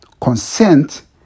consent